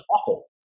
awful